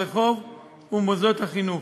ברחוב ובמוסדות החינוך,